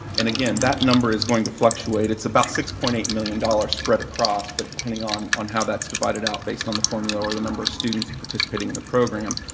and again, that number is going to fluctuate. it's about six point eight million dollars spread across, but depending on on how that's divided out based on the formula or the number of students participating in the program,